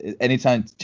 anytime